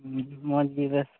ᱢᱚᱡᱽ ᱜᱮ ᱵᱮᱥ